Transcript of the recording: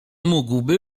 mógłby